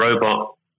robot